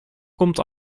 komt